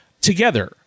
together